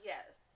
Yes